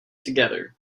together